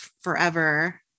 forever